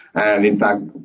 and in fact,